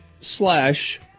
slash